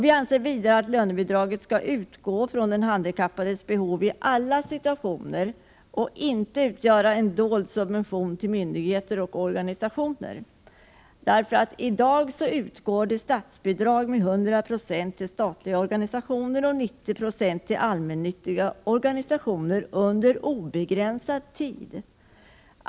Vi anser vidare att lönebidraget skall utgå från den handikappades behov i alla situationer och inte utgöra en dold subvention till myndigheter och organisationer. I dag utgår statsbidrag med 100 9 till statliga organisationer och med 90 9; till allmännyttiga organisationer under obegränsad tid.